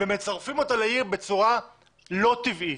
ומצרפים אותה לעיר בצורה לא טבעית.